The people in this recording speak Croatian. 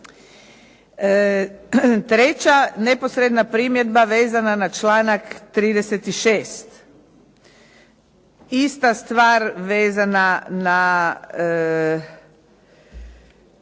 Treća neposredna primjedba vezana na članak 36. ista stvar vezana na